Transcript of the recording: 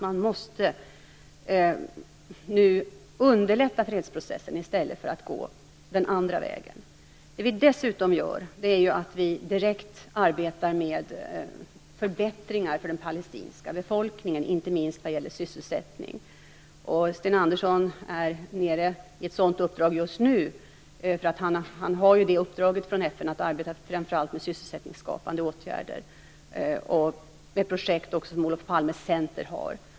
De måste nu underlätta fredsprocessen i stället för att gå den andra vägen. Dessutom arbetar Sverige direkt med förbättringar för den palestinska befolkningen, inte minst när det gäller sysselsättningen. Sten Andersson är nere i ett sådant uppdrag just nu. I hans uppdrag från FN ingår framför allt att arbeta med sysselsättningsskapande åtgärder och med projekt på Olof Palmes center.